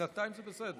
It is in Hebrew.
בינתיים זה בסדר.